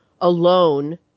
alone